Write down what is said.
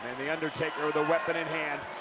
the undertaker with a weapon in hand